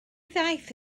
ddaeth